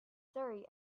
surrey